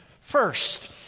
First